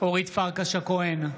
אורית פרקש הכהן,